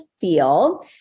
Feel